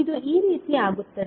ಇದು ಈ ರೀತಿ ಆಗುತ್ತದೆ